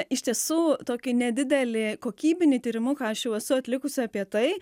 iš tiesų tokį nedidelį kokybinį tyrimuką aš jau esu atlikusi apie tai